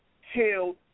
held